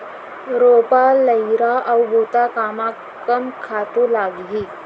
रोपा, लइहरा अऊ बुता कामा कम खातू लागही?